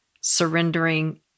surrendering